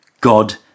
God